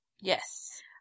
yes